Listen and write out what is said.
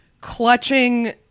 clutching